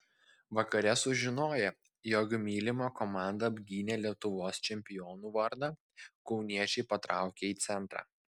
vakare sužinoję jog mylima komanda apgynė lietuvos čempionų vardą kauniečiai patraukė į centrą